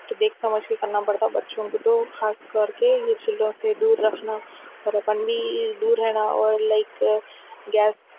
تو دیکھ سمجھ کے کرنا پڑتا بچوں کے تو خاص کر کے یہ چلڈرن سے دور رکھنا اور اپن بھی دور رہنا اور لائک گیس